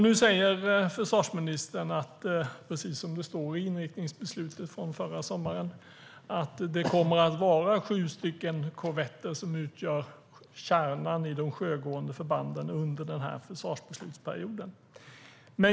Nu säger försvarsministern, precis som det står i inriktningsbeslutet från förra sommaren, att det kommer att vara sju korvetter som utgör kärnan i de sjögående förbanden under försvarsbeslutsperioden.